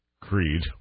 Creed